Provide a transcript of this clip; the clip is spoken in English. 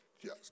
yes